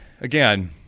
again